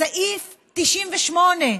סעיף 98,